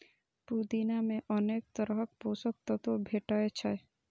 पुदीना मे अनेक तरहक पोषक तत्व भेटै छै